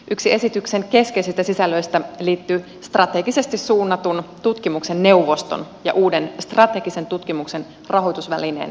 yksi esityksen keskeisistä sisällöistä liittyy strategisesti suunnatun tutkimuksen neuvoston ja uuden strategisen tutkimuksen rahoitusvälineen perustamiseen